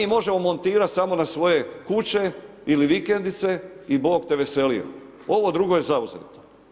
Mi možemo montirati samo na svoje kuće ili vikendice i Bog te veselio, ovo drugo je zauzeto.